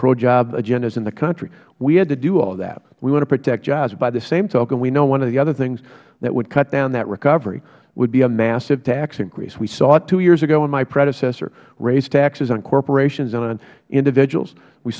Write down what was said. pro job agendas in the country we had to do all that if we want to protect jobs by the same token we know one of the other things that would cut down that recovery would be a massive tax increase we saw it two years ago when my predecessor raised taxes on corporations and on individuals we